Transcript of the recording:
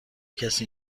کسی